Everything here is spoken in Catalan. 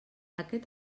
aquest